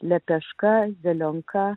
lepeška zelionka